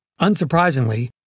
Unsurprisingly